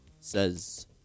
says